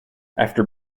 after